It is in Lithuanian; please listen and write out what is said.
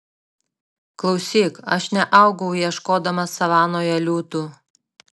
klausyk aš neaugau ieškodamas savanoje liūtų